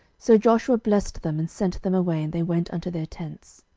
so joshua blessed them, and sent them away and they went unto their tents.